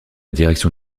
direction